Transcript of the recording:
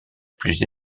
plus